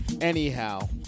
Anyhow